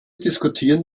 diskutieren